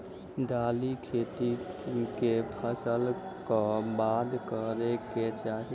दालि खेती केँ फसल कऽ बाद करै कऽ चाहि?